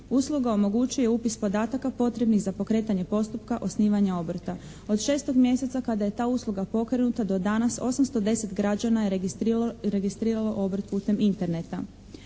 Usluga omogućuje upis podataka potrebnih za pokretanje postupka osnivanja obrta. Od 6. mjeseca kada je ta usluga pokrenuta do danas 810 građana je registriralo obrt putem Interneta.